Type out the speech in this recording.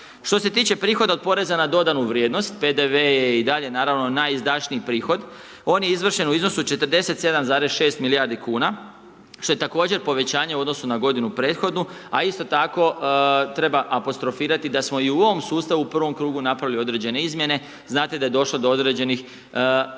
Što se tiče prihoda od Poreza na dodanu vrijednost, PDV je i dalje naravno, najizdašniji prihod. On je izvršen u iznosu od 47,6 milijardi kuna, što je također povećanje u odnosu na godinu prethodnu, a isto tako treba apostrofirati da smo i u ovom sustavu u prvom krugu napravili određene izmjene, znate da je došlo do određenih, možemo